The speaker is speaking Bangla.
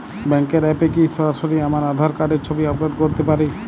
ব্যাংকের অ্যাপ এ কি সরাসরি আমার আঁধার কার্ড র ছবি আপলোড করতে পারি?